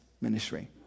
ministry